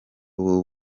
ubu